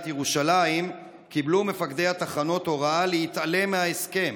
ירושלים קיבלו מפקדי התחנות הוראה להתעלם מההסכם.